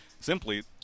simply